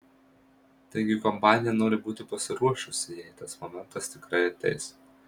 taigi kompanija nori būti pasiruošusi jei tas momentas tikrai ateis